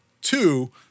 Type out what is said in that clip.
Two